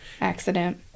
accident